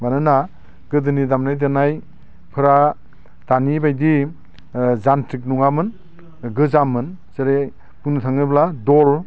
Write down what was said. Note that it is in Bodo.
मानोना गोदोनि दामनाय देनायफोरा दानि बायदि जानट्रिक नङा मोन गोजाममोन जेरै बुंनो थाङोब्ला दल